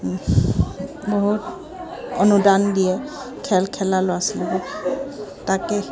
বহুত অনুদান দিয়ে খেল খেলা ল'ৰা ছোৱালীবোৰ তাকে